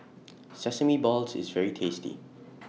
Sesame Balls IS very tasty